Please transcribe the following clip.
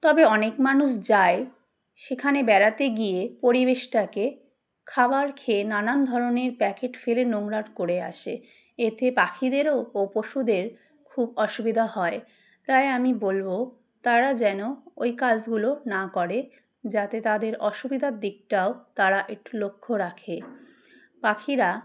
তবে অনেক মানুষ যায় সেখানে বেড়াতে গিয়ে পরিবেশটাকে খাবার খেয়ে নানান ধরনের প্যাকেট ফেলে নোংরা করে আসে এতে পাখিদেরও ও পশুদের খুব অসুবিধা হয় তাই আমি বলব তারা যেন ওই কাজগুলো না করে যাতে তাদের অসুবিধার দিকটাও তারা একটু লক্ষ্য রাখে পাখিরা